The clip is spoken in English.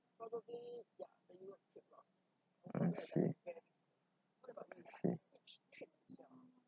I see I see